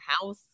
house